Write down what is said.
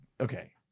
Okay